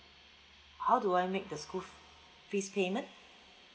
how do I make the school fees payment